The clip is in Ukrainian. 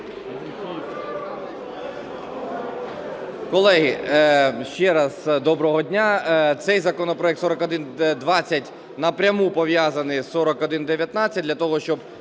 Колеги, ще раз доброго дня! Цей законопроект 4120 напряму пов'язаний з 4119. Для того, щоб